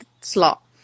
slot